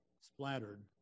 splattered